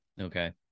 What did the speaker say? Okay